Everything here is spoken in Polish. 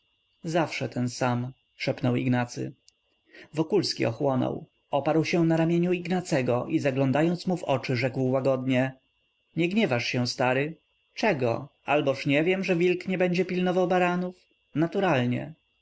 zawsze ten sam szepnął ignacy wokulski ochłonął oparł się na ramieniu ignacego i zaglądając mu w oczy rzekł łagodnie nie gniewasz się stary czego alboż nie wiem że wilk nie będzie pilnował baranów naturalnie